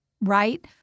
right